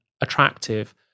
attractive